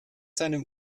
seinem